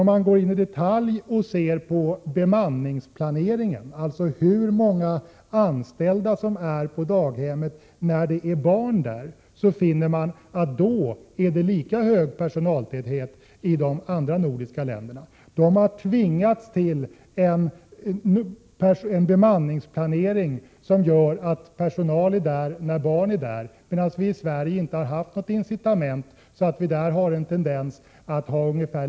Om man ser på bemanningsplaneringen, t.ex. hur många anställda som är på daghemmet när det är många barn där, finner man att det är lika hög personaltäthet i de andra nordiska länderna. De har tvingats till en noggrannare bemanningsplanering som innebär att det är mycket personal på daghemmet när det är många barn där, medan vi i Sverige har ungefär lika mycket personal på daghemmet, även när det är ganska få barn där.